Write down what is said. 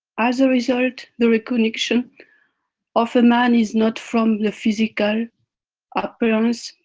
as a result, the recognition of a man is not from the physical appearance,